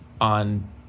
on